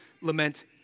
lament